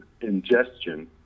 ingestion